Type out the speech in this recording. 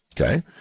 okay